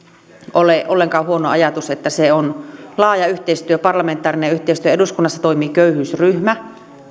ole ollenkaan huono ajatus että se on laaja yhteistyö parlamentaarinen yhteistyö eduskunnassa toimii köyhyysryhmä